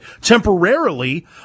temporarily